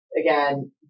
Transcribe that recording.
Again